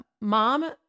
mom